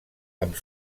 amb